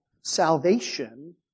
salvation